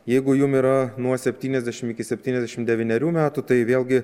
jeigu jum yra nuo septyniasdešims iki septyniasdešim devynerių metų tai vėlgi